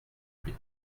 huit